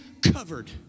covered